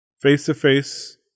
Face-to-face